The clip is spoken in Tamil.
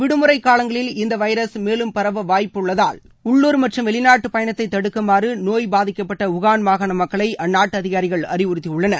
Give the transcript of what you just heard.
விடுமுறை காலங்களில் இந்த வைரஸ் மேலும் பரவ வாய்ப்புள்ளதால் உள்ளூர் மற்றும் வெளிநாட்டு பயணத்தை தடுக்குமாறு நோய் பாதிக்கப்பட்ட உஹான் மாகாண மக்களை அந்நாட்டு அதிகாரிகள் அறிவுறுத்தியுள்ளனர்